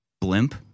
blimp